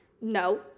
No